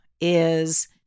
is-